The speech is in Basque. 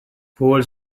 futbol